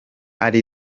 ari